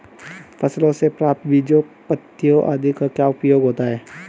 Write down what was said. फसलों से प्राप्त बीजों पत्तियों आदि का क्या उपयोग होता है?